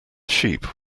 sheep